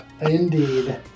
Indeed